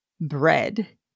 bread